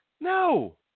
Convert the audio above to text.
No